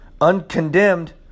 Uncondemned